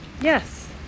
Yes